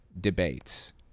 debates